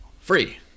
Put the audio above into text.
free